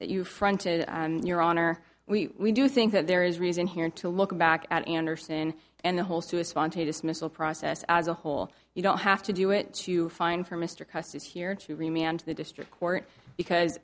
that you fronted your honor we do think that there is reason here to look back at anderson and the whole to a spontaneous missile process as a whole you don't have to do it too fine for mr custis here to remain on to the district court because